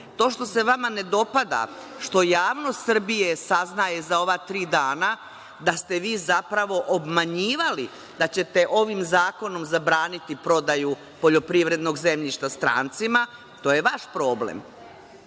To što se vama ne dopada, što javnost Srbije saznaje za ova tri dana da ste vi zapravo obmanjivali da ćete ovim zakonom zabraniti prodaju poljoprivrednog zemljišta strancima, to je vaš problem.